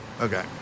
Okay